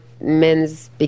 men's